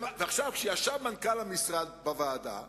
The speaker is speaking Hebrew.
עכשיו, כשישב מנכ"ל המשרד בוועדה,